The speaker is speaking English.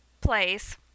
place